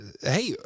hey